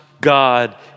God